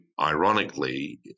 ironically